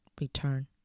return